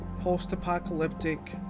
post-apocalyptic